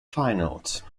finals